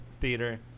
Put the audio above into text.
theater